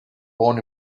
born